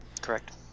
Correct